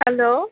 hello